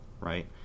right